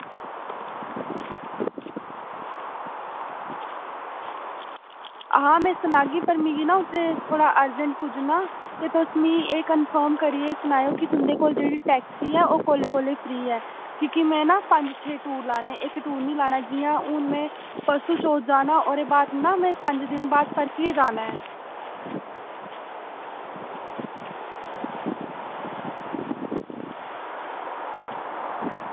हां में सनागी पर मिगी ना उत्थै थोह्ड़ा अर्जेंट पुज्जना ते तुस मी एह् कन्फर्म करियै सनाएओ कि तुं'दे कोल जेह्ड़ी टैक्सी ऐ ओह् कोल्लै कोल्लै फ्री ऐ कि के में ना पंज छे टूर लाने इक टूर निं लाना जियां हून में परसूं चौथ जाना ओह्दे बाद न में पंज दिन बाद परतियै जाना ऐ